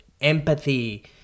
empathy